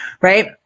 right